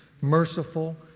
merciful